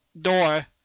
door